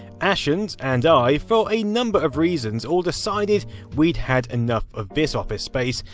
ashens, and i, for a number of reasons, all decided we'd had enough of this office space,